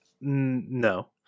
No